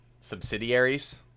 subsidiaries